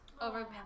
over